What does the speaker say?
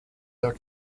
der